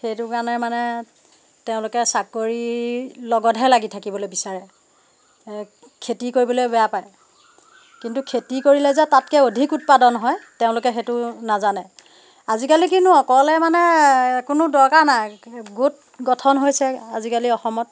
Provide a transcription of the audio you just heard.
সেইটো কাৰণে মানে তেওঁলোকে চাকৰি লগতহে লাগি থাকিবলৈ বিচাৰে খেতি কৰিবলৈ বেয়া পায় কিন্তু খেতি কৰিলে যে তাতকৈ অধিক উৎপাদন হয় তেওঁলোকে সেইটো নাজানে আজিকালি কিনো ক'লে মানে কোনো দকাৰ নাই গোট গঠন হৈছে আজিকালি অসমত